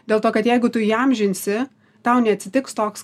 dėl to kad jeigu tu įamžinsi tau neatsitiks toks